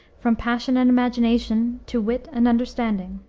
from passion and imagination to wit and understanding.